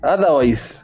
Otherwise